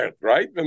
right